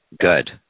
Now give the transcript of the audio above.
good